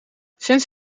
sinds